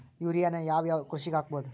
ಯೂರಿಯಾನ ಯಾವ್ ಯಾವ್ ಕೃಷಿಗ ಹಾಕ್ಬೋದ?